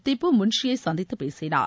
திப்பு முன்ஷியைசந்தித்துப் பேசினார்